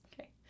Okay